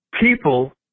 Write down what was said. People